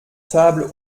table